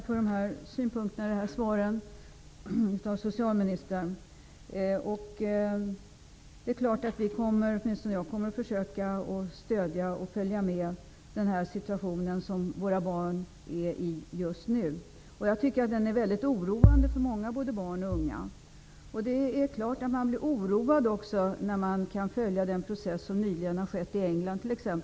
Fru talman! Jag tackar för socialministerns synpunkter och svar. Det är klart att vi, åtminstone kommer jag att göra det, skall försöka ge stöd och följa den situation som våra barn just nu befinner sig i. Jag tycker att situationen är väldigt oroande för många. Det gäller då både barn och unga. Det är klart att man också blir oroad över den process som nyligen har skett i England t.ex.